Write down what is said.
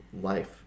life